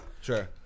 Sure